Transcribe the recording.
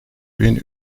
bin